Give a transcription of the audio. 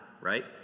right